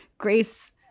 Grace